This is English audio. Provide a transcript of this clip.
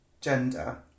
gender